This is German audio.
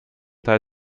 teil